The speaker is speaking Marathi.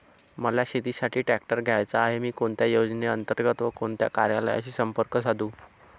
मला शेतीसाठी ट्रॅक्टर घ्यायचा आहे, मी कोणत्या योजने अंतर्गत व कोणत्या कार्यालयाशी संपर्क साधू?